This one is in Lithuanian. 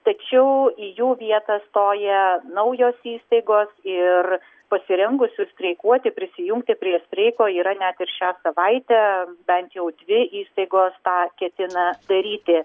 tačiau į jų vietą stoja naujos įstaigos ir pasirengusių streikuoti prisijungti prie streiko yra net ir šią savaitę bent jau dvi įstaigos tą ketina daryti